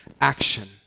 action